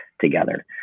together